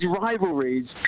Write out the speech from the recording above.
rivalries